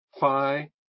Phi